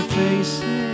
faces